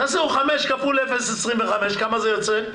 תחשבו 5 כפול 0.25, כמה זה יוצא?